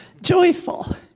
joyful